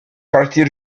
partir